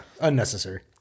Unnecessary